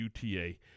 UTA